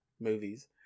movies